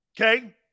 okay